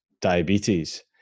diabetes